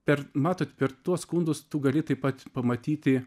per matot per tuos skundus tu gali taip pat pamatyti